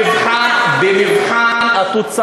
אנחנו במבחן התוצאה,